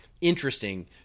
interesting